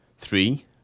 Three